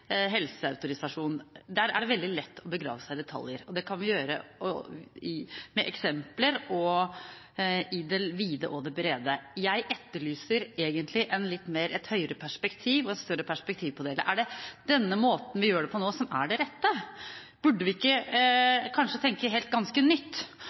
Der er det veldig lett å begrave seg i detaljer. Det kan vi gjøre med eksempler og i det vide og det brede. Jeg etterlyser et større perspektiv på dette. Er det den måten vi gjør det på nå, som er den rette? Burde vi ikke tenke ganske nytt?